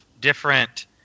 different